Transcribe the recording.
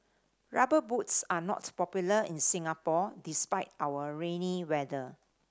Rubber Boots are not popular in Singapore despite our rainy weather